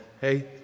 hey